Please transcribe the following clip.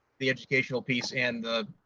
the educational piece, and the